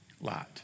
Lot